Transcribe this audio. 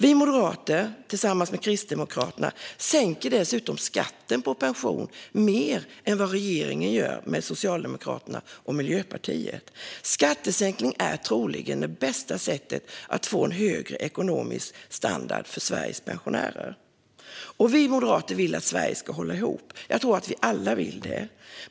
Vi moderater, tillsammans med Kristdemokraterna, sänker skatten på pension mer än vad regeringen med Socialdemokraterna och Miljöpartiet gör. Skattesänkning är troligen det bästa sättet att få en högre ekonomisk standard för Sveriges pensionärer. Vi moderater vill att Sverige ska hålla ihop. Jag tror att vi alla vill detta.